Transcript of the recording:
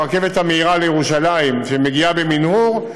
את הרכבת המהירה לירושלים שמגיעה במנהור,